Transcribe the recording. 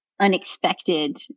unexpected